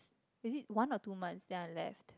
is it one or two months then I left